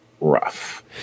rough